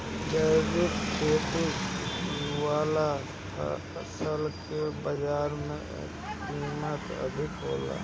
जैविक खेती वाला फसल के बाजार कीमत अधिक होला